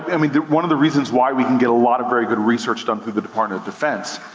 i mean one of the reasons why we can get a lot of very good research done through the department of defense,